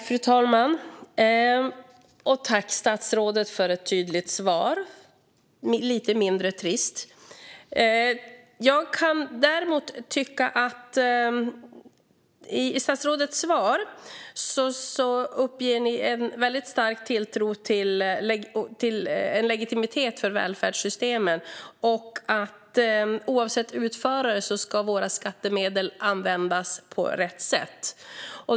Fru talman! Tack, statsrådet, för ett tydligt svar! Det var lite mindre trist. Statsrådets uppger i sitt svar att man har stark tilltro till legitimiteten för välfärdssystemen och att våra skattemedel, oavsett utförare, ska användas på rätt sätt.